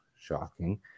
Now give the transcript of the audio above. Shocking